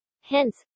hence